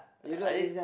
I